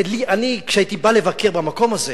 ואני, כשהייתי בא לבקר במקום הזה,